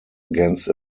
against